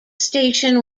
station